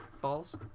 balls